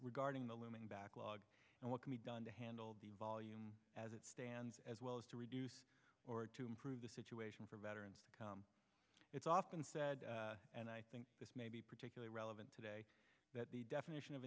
regarding the looming backlog and what can be done to handle the volume as it stands as well as to reduce or to improve the situation for veterans it's often said and i think this may be particularly relevant today that the definition of